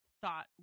thought